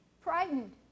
frightened